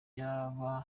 byabo